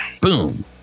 Boom